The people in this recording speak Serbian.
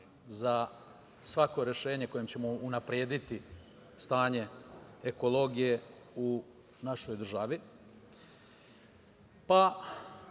za svako rešenje kojim ćemo unaprediti stanje ekologije u našoj državi.